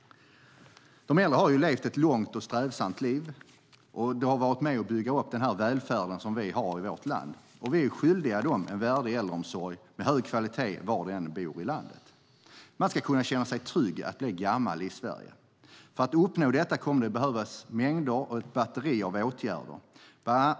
De äldre har levt ett långt och strävsamt liv. De har varit och med och byggt upp den välfärd vi har i vårt land. Vi är skyldiga dem en värdig äldreomsorg med hög kvalitet var de än bor i landet. Man ska kunna känna sig trygg att bli gammal i Sverige. För att uppnå detta kommer det att behövas ett batteri av åtgärder.